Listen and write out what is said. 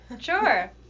Sure